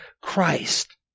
Christ